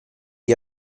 gli